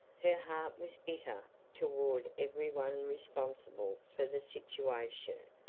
her heart was bitter toward every one responsible for the situation,